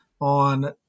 on